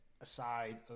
aside